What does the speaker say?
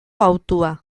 hautua